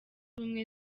ubumwe